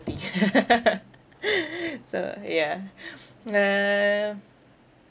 tea so yeah uh